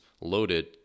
loaded